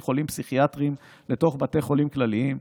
חולים פסיכיאטריים לתוך בתי חולים כלליים.